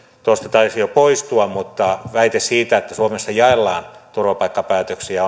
tuosta taisi jo poistua mutta väite siitä että suomessa jaellaan turvapaikkapäätöksiä